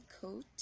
coat